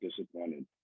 disappointed